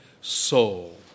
soul